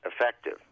effective